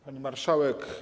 Pani Marszałek!